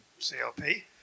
CLP